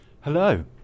Hello